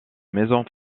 maisons